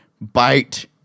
bite